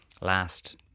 last